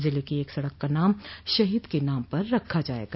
जिले की एक सड़क का नाम शहीद के नाम पर रखा जायेगा